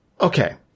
Okay